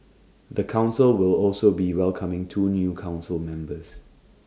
the Council will also be welcoming two new Council members